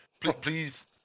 please